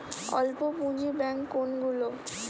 অল্প পুঁজি ব্যাঙ্ক কোনগুলি?